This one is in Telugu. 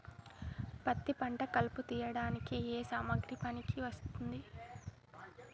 పత్తి పంట కలుపు తీయడానికి ఏ సామాగ్రి పనికి వస్తుంది?